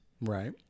Right